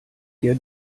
dir